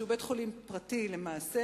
שהוא בית-חולים פרטי למעשה,